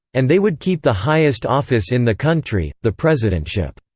and they would keep the highest office in the country, the presidentship.